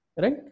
right